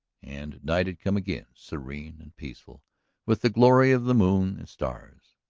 and night had come again, serene and peaceful with the glory of the moon and stars,